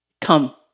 come